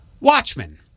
Watchmen